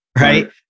Right